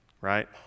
right